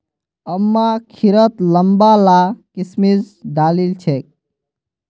अम्मा खिरत लंबा ला किशमिश डालिल छेक